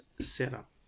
setup